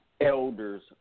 elders